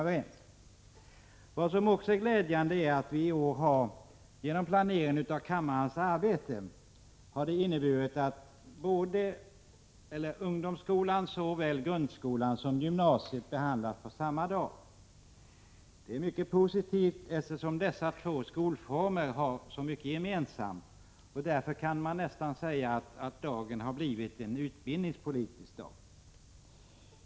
Vad som också är glädjande är att vi i år, genom planeringen av kammarens arbete, behandlar både ungdomsskolan och gymnasiet på samma dag. Detta är mycket positivt, eftersom dessa två skolformer har så mycket gemensamt. Därför kan man nästan säga att dagen har blivit en utbildningspolitisk dag.